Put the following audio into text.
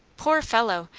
poor fellow!